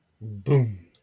boom